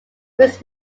was